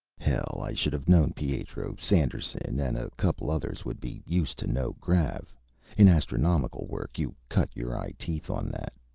hell, i should have known pietro, sanderson and a couple others would be used to no-grav in astronomical work, you cut your eye teeth on that.